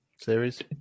series